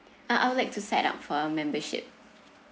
uh I would like to set up for a membership